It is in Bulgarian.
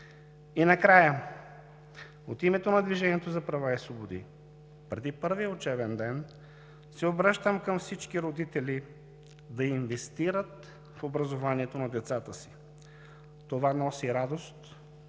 И накрая, от името на „Движението за права и свободи“ преди първия учебен ден се обръщаме към всички родители – да инвестират в образованието на децата си. Това носи радост,